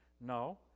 No